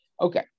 Okay